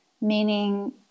meaning